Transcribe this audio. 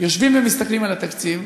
היינו יושבים ומסתכלים על התקציב,